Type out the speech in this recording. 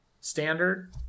standard